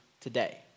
today